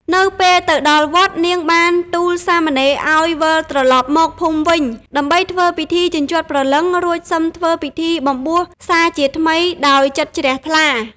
នៅពេលទៅដល់វត្ត នាងបានទូលសាមណេរឱ្យ វិលត្រឡប់មកភូមិវិញ ដើម្បីធ្វើពិធីជញ្ជាត់ព្រលឹង រួចសឹមធ្វើពិធីបំបួសសាជាថ្មីដោយចិត្តជ្រះថ្លា ។